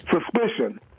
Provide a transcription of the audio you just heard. suspicion